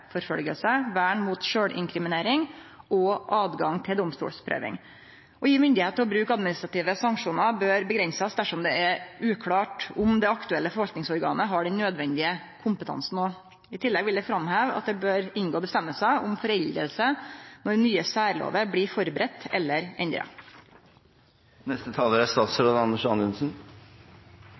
vern mot sjølvinkriminering og adgang til domstolsprøving. Å gje myndigheit til bruk av administrative sanksjonar bør avgrensast dersom det er uklart om det aktuelle forvaltningsorganet har den nødvendige kompetansen. I tillegg vil eg framheve at det bør inngå reglar om forelding når nye særlover blir forberedte eller